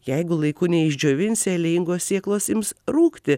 jeigu laiku neišdžiovinsi aliejingos sėklos ims rūgti